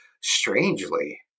strangely